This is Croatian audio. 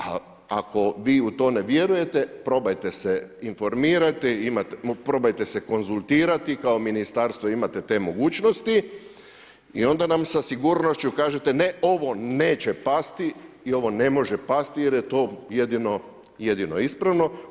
Ako vi u to ne vjerujete, probajte se informirati, probajte se konzultirati, kao ministarstvo imate te mogućnosti i onda nam sa sigurnošću kažete ne ovo neće pasti i ovo ne može pasti jer je to jedino ispravno.